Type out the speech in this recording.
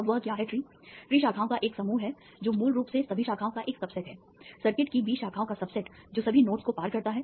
अब वह क्या है ट्री ट्री शाखाओं का एक समूह है जो मूल रूप से सभी शाखाओं का एक सबसेट है सर्किट की B शाखाओं का सबसेट जो सभी नोड्स को पार करता है